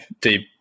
deep